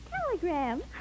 Telegram